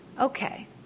Okay